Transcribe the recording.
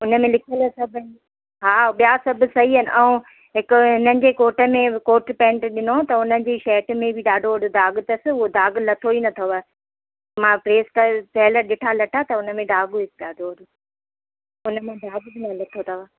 हुन में लिखियल सभ आहिनि हा ॿिया सभु सही आहिनि ऐं हिक हिननि जे कोट में कोट पेंट ॾिनो त हुनजी शर्ट में बि ॾाढो वॾो दाॻ अथसि उहो दाॻ लथो ई न थव मां प्रेस कयल थियल ॾिठा लटा त हुन में दाॻ निकिता त वरी हुन में दाॻ न लथो अथव